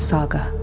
Saga